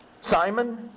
Simon